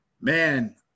Man